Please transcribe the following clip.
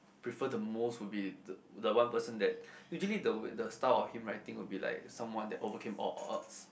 prefer the most would be the the one person that usually the style of him would be like someone that overcame all odds